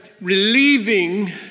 Relieving